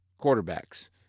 quarterbacks